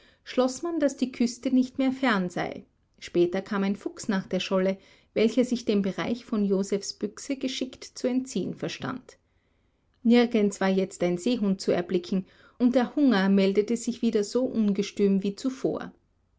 schloß man daß die küste nicht mehr fern sei später kam ein fuchs nach der scholle welcher sich dem bereich von josephs büchse geschickt zu entziehen verstand nirgends war jetzt ein seehund zu erblicken und der hunger meldete sich wieder so ungestüm wie zuvor